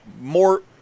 more